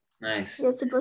Nice